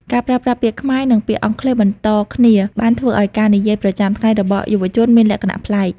ការប្រើប្រាស់ពាក្យខ្មែរនិងពាក្យអង់គ្លេសបន្តគ្នាបានធ្វើឱ្យការនិយាយប្រចាំថ្ងៃរបស់យុវជនមានលក្ខណៈប្លែក។